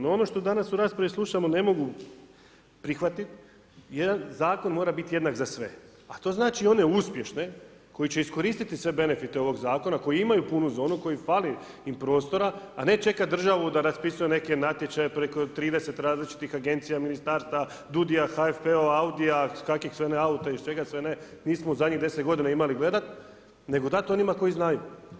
No ono što danas u raspravi slušamo ne mogu prihvatiti jer zakon mora biti jednak za sve a to znači one uspješne koji će iskoristiti sve benefite ovog zakona koji imaju punu zonu, kojim fali prostora a ne čekat državu da raspisuje neke natječaje preko 30 različitih agencija, ministarstava, DUUDI-ja, … Audija, kakvih sve ne auta i čega sve ne, njih smo u zadnjih godina imali gledat, nego dati onima koji znaju.